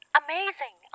amazing